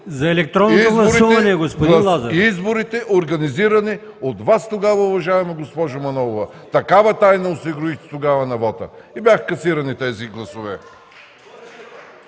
За електронно гласуване ли, господин Лазаров? ДИМИТЪР ЛАЗАРОВ: Изборите, организирани от Вас тогава, уважаема госпожо Манолова! Такава тайна осигурихте тогава на вота и бяха касирани тези гласове.